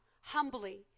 humbly